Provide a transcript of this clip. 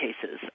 cases